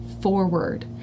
forward